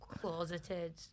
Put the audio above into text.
closeted